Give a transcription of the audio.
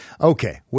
okay